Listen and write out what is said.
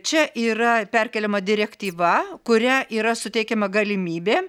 čia yra perkeliama direktyva kuria yra suteikiama galimybė